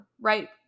right